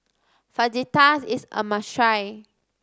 fajitas is a must try